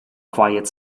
quiet